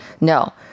No